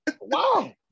wow